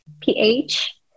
pH